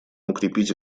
укрепить